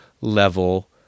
level